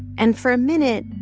and for a minute,